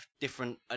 different